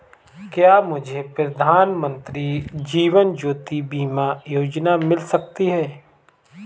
क्या मुझे प्रधानमंत्री जीवन ज्योति बीमा योजना मिल सकती है?